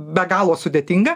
be galo sudėtinga